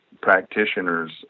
practitioners